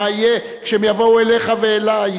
מה יהיה כשהם יבואו אליך ואלי?